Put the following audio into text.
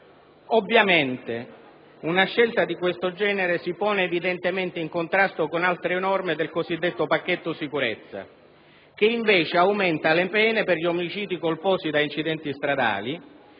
Ovviamente, una scelta di tale genere si pone evidentemente in contrasto con altre norme del cosiddetto pacchetto sicurezza che, invece, aumenta le pene per gli omicidi colposi da incidenti stradali,